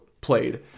played